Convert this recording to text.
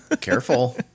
careful